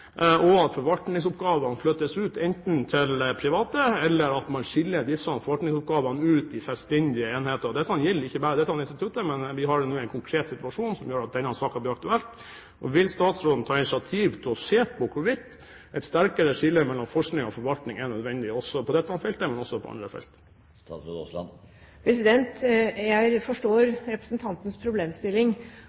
og utdanning, og at forvaltningsoppgavene enten flyttes ut til private, eller at man skiller disse forskningsoppgavene ut i selvstendige enheter. Dette gjelder ikke bare dette instituttet, men vi har nå en konkret situasjon som gjør at denne saken blir aktuell. Vil statsråden ta initiativ til å se på hvorvidt et sterkere skille mellom forskning og forvaltning er nødvendig på dette feltet, men også på andre felt? Jeg forstår representantens problemstilling.